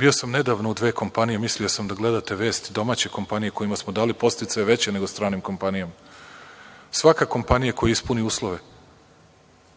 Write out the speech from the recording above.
Bio sam nedavno u dve kompanije, mislio sam da gledate vesti, domaće kompanije kojima smo dali podsticaj veći nego stranim kompanijama. Svaka kompanija koja ispuni uslove